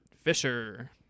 Fisher